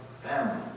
family